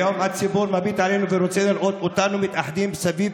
היום הציבור מביט עלינו ורוצה לראות אותנו מתאחדים סביב